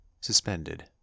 suspended